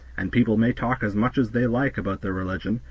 and people may talk as much as they like about their religion,